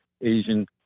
Asian